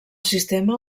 sistema